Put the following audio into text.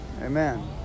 Amen